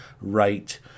right